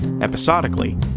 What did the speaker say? episodically